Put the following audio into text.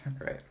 Right